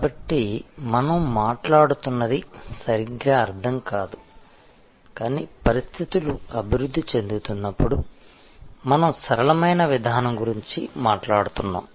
కాబట్టి మనం మాట్లాడుతున్నది సరిగ్గా అర్థం కాదు కానీ పరిస్థితులు అభివృద్ధి చెందుతున్నప్పుడు మనం సరళమైన విధానం గురించి మాట్లాడుతున్నాము